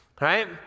right